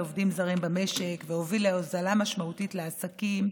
עובדים זרים במשק והוביל להוזלה משמעותית לעסקים.